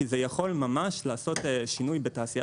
כי זה יכול ממש לעשות שינוי בתעשייה